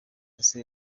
ese